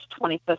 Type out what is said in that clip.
25th